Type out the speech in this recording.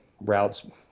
routes